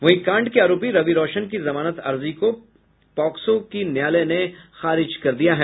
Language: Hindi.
वहीं कांड के आरोपी रवि रौशन की जमानत अर्जी को पॉक्सो की न्यायालय ने खारिज कर दिया है